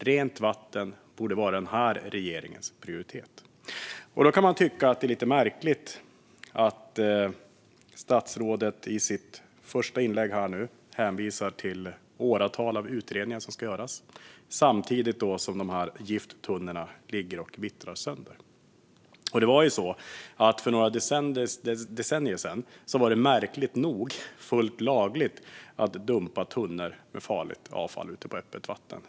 Rent vatten borde vara regeringens prioritet. Då kan man tycka att det är lite märkligt att statsrådet i sitt svar hänvisar till åratal av utredningar som ska göras, samtidigt som gifttunnorna ligger och vittrar sönder. För några decennier sedan var det märkligt nog fullt lagligt att dumpa tunnor med farligt avfall ute på öppet vatten.